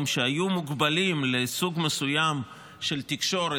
שיהיו מוגבלים לסוג מסוים של תקשורת,